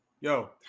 yo